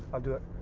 i'll do it.